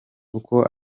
uko